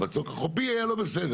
המצוק החופי היה לא בסדר,